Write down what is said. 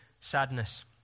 sadness